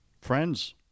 Friends